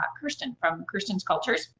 ah kirsten from kristen's cultures.